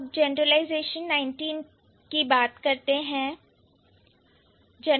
अब जनरलाइजेशन 19 की बात करते हैं